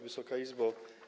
Wysoka Izbo!